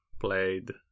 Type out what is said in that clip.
played